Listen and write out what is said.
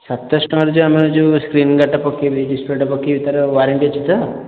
ସାତଶହ ଟଙ୍କାର ଯେଉଁ ଆମର ଯେଉଁ ସ୍କ୍ରିନ୍ ଗାର୍ଡ଼୍ଟା ପକେଇବି ଡିସ୍ପ୍ଲେଟା ପକେଇବି ତା'ର ୱାରେଣ୍ଟୀ ଅଛି ତ